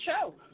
show